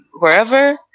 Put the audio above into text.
wherever